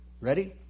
Ready